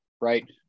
right